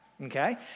okay